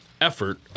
effort